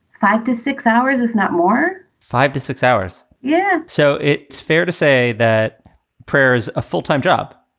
five to six hours, if not more five to six hours? yes. yeah so it's fair to say that prayer is a full time job.